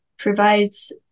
provides